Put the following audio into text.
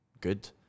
good